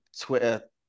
Twitter